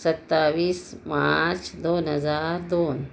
सत्तावीस मार्च दोन हजार दोन